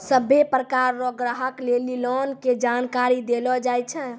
सभ्भे प्रकार रो ग्राहक लेली लोन के जानकारी देलो जाय छै